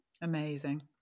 Amazing